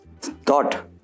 thought